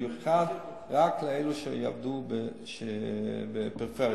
רק לאלו שיעבדו בפריפריה.